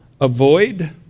avoid